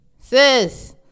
Sis